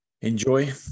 enjoy